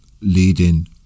leading